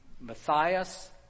Matthias